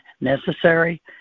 necessary